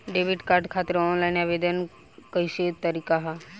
Debit card खातिर online आवेदन के का तरीकि ह?